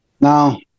Now